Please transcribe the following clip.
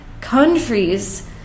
countries